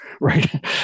right